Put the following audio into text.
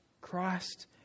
Christ